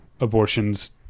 abortions